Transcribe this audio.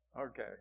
okay